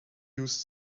used